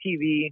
TV